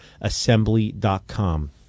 assembly.com